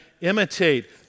imitate